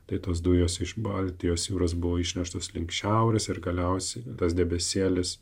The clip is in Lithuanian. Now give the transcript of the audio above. tai tos dujos iš baltijos jūros buvo išneštos link šiaurės ir galiausiai tas debesėlis